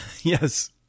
Yes